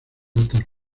altas